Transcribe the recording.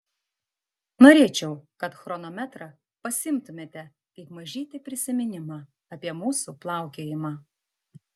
norėčiau kad chronometrą pasiimtumėte kaip mažytį prisiminimą apie mūsų plaukiojimą